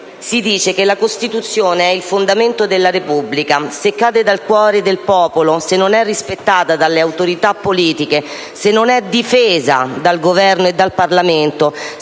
che «La Costituzione è il fondamento della Repubblica. Se cade dal cuore del popolo, se non è rispettata dalle autorità politiche, se non è difesa dal Governo e dal Parlamento,